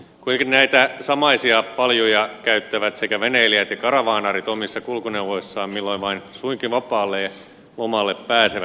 kuitenkin näitä samaisia paljuja käyttävät sekä veneilijät että karavaanarit omissa kulkuneuvoissaan milloin vain suinkin vapaalle ja lomalle pääsevät